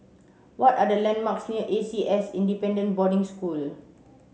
what are the landmarks near A C S Independent Boarding School